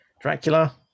Dracula